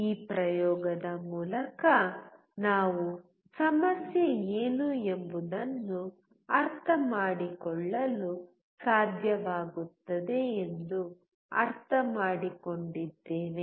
ಈ ಪ್ರಯೋಗದ ಮೂಲಕ ನಾವು ಸಮಸ್ಯೆ ಏನು ಎಂಬುದನ್ನು ಅರ್ಥಮಾಡಿಕೊಳ್ಳಲು ಸಾಧ್ಯವಾಗುತ್ತದೆ ಎಂದು ಅರ್ಥಮಾಡಿಕೊಂಡಿದ್ದೇವೆ